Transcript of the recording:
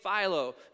Philo